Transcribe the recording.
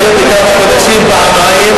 שהם עסוקים בכיבוי שרפות.